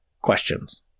questions